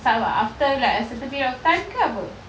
sabar after like a certain period of time ke apa